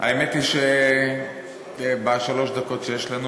האמת היא שבשלוש הדקות שיש לנו,